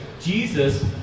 Jesus